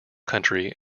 country